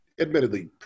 admittedly